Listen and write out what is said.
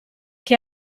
che